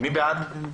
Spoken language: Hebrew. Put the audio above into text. מי בעד?